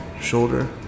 shoulder